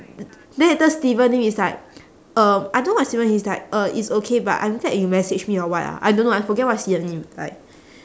then later steven lim is like um I don't know what steven he's like uh it's okay but I'm glad you messaged me or what ah I don't know I forget what steven lim replied